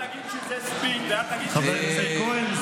אל תגיד שזה ספין ואל תגיד שזה פייק.